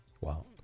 wow